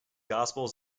gospel